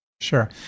Sure